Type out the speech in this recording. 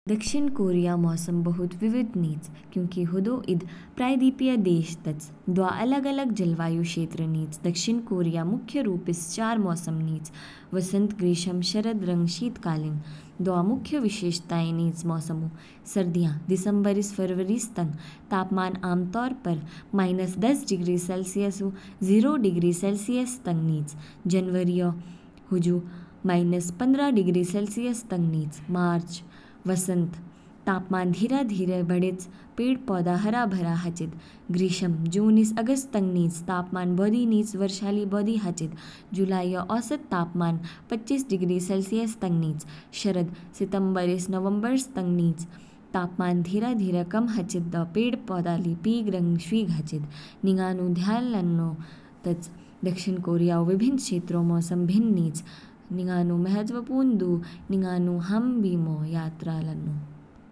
दक्षिण कोरिया ऊ मौसम बहुत विविध निच, क्योंकि हदौ ईद प्रायद्वीपीय देश तच दवा अलग अलग जलवायु क्षेत्र निच। दक्षिण कोरिया मुख्य रूपस चार मौसम निच वसंत, ग्रीष्म, शरद, रंग शीतकालीन। मौसम ऊ मुख्य विशेषताएं। सर्दियाँ दिसंबर स फरवरीस तंग तापमान आमतौर पर माइनस दस डिग्री सेलसियस ऊ जीरो डिग्री सेलसियस तंग निच, जनवरीऔ हुजु माइनस पंद्रह डिग्री सेलसियस तंग निच। मार्च वसंत, तापमान धीरे धीरे बढ़ेच, पेड़ पौधे हरे भरे हाचिद। ग्रीष्म, जून स अगस्त तंग निच, तापमान बौधि निच वर्षा ली बोधि हाचिद, जुलाईऔ औसत तापमान पच्चीस डिग्री सेलसियस तक निच। शरद, सितंबर स नवंबर तक निच, तापमान धीरे धीरे कम हाचिद, पेड़ पौधा ली पीग रंग शवीग हाचिद। निंगानु ध्यान लान्नौ तच दक्षिण कोरिया विभिन्न क्षेत्रों मौसम भिन्न निच, निंगानु महत्वपूर्ण दु निंगानु हाम बीमौ यात्रा लान्नौ।